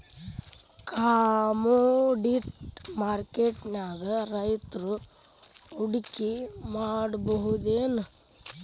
Commodity ಮಾರ್ಕೆಟ್ನ್ಯಾಗ್ ರೈತ್ರು ಹೂಡ್ಕಿ ಮಾಡ್ಬಹುದೇನ್?